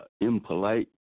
impolite